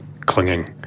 clinging –